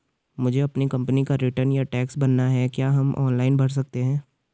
मुझे अपनी कंपनी का रिटर्न या टैक्स भरना है क्या हम ऑनलाइन भर सकते हैं?